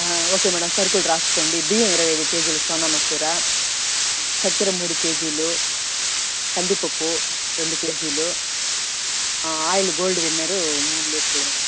ఆ okay madam సరుకులు రాసుకోండి బియ్యం ఇరవై ఐదు కేజీలు సోనామసూరి చక్కెర మూడు కేజీలు కందిపప్పు రెండు కేజీలు ఆ ఆయిల్ గోల్డ్ విన్నర్ మూడు లీటర్లు మేడం